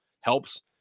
helps